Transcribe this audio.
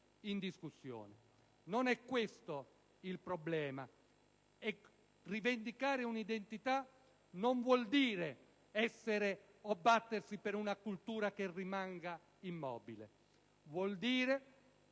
in discussione. Non è questo il problema; e rivendicare un'identità non vuol dire essere, o battersi, per una cultura che rimanga immobile. Vuol dire